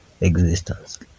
existence